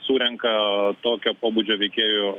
surenka tokio pobūdžio veikėjų